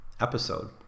episode